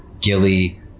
Gilly